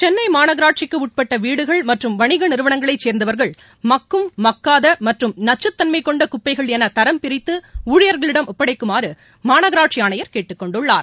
சென்னை மாநகராட்சிக்கு உட்பட்ட வீடுகள் மற்றும் வணிக நிறுவனங்களை சேர்ந்தவர்கள் மக்கும் மக்காத மற்றும் நச்சுத்தன்மை கொண்ட குப்பைகள் என தரம் பிரித்து ஊழியர்களிடம் ஜப்படைக்குமாறு மாநகராட்சி ஆணையர் கேட்டுக் கொண்டுள்ளார்